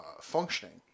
functioning